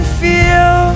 feel